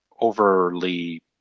overly